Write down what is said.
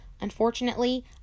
Unfortunately